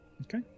okay